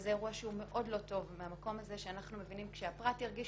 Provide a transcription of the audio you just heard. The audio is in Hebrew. זה אירוע מאוד לא טוב מהמקום שאנחנו מבינים כשהפרט ירגיש